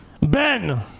Ben